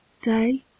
DAY